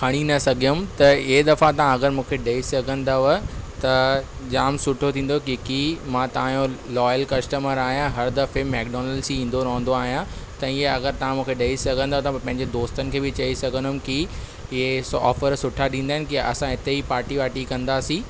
खणी न सघियमि त ए दफ़ा तव्हां अगरि मूंखे ॾेई सघंदव त जाम सुठो थींदो क्यूकी मां तव्हां जो लॉयल कस्टमर आहियां हर दफ़े मैक डॉनल्ड्स ही ईंदो रहोंदो आहियां त इए अगरि तां मूंखे ॾेई सघंदो त मां पंहिंजे दोस्तनि खे बि चई सघंदुमि की ये सो ऑफर सुठा ॾिंदा इन की असां हिते ही पार्टी वार्टी कंदासी